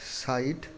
ষাঠ